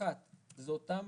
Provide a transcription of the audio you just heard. אחת זה אותם